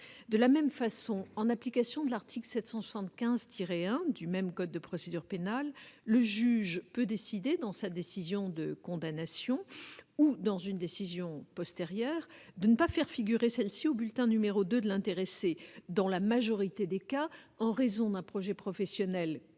De la même façon, en application de l'article 775-1 du code de procédure pénale, le juge peut décider, dans sa décision de condamnation ou dans une décision postérieure, de ne pas faire figurer celle-ci au bulletin n° 2 de l'intéressé, dans la majorité des cas en raison d'un projet professionnel